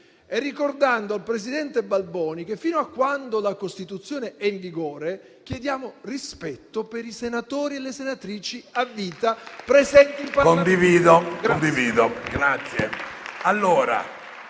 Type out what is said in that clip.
e ricordando al presidente Balboni che, fino a quando la Costituzione è in vigore, chiediamo rispetto per i senatori e le senatrici a vita presenti in Parlamento.